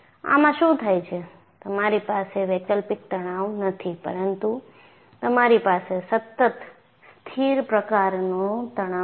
આમાં શું થાય છે તમારી પાસે વૈકલ્પિક તણાવ નથી પરંતુ તમારી પાસે સતત સ્થિર પ્રકારનો તણાવ છે